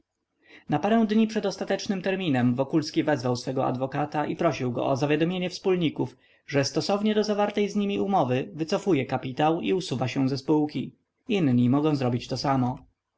na parę dni przed ostatecznym terminem wokulski wezwał swego adwokata i prosił go o zawiadomienie wspólników że stosownie do zawartej z nimi umowy wycofuje kapitał i usuwa się ze spółki inni mogą zrobić to samo